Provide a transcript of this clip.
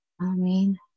Amen